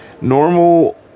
Normal